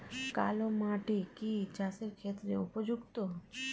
কালো মাটি কি চাষের ক্ষেত্রে উপযুক্ত?